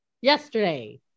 Yesterday